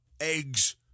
eggs